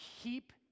keep